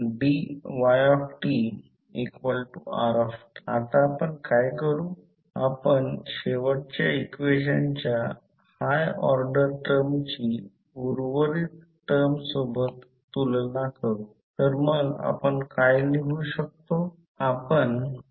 5 आहे कॉइल 2 मध्ये 1000 टर्न आहेत जर कॉइल 1 मध्ये करंट i1 5 sin 400 t असेल म्हणजेच 400 दिले जातेकॉइल 2 चे व्होल्टेज शोधा आणि कॉइल 1 ने सेटअप केलेला मॅक्सीमम फ्लक्स शोधा